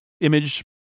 image